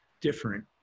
different